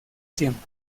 siempre